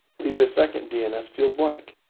leave the second dns field blank.